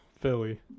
Philly